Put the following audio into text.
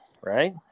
right